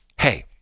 hey